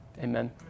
Amen